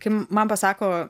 kai man pasako